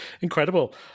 Incredible